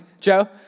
Joe